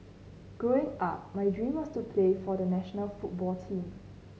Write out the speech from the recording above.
Growing Up my dream was to play for the national football team